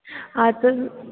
हा त